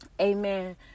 amen